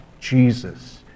Jesus